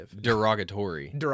Derogatory